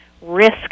risk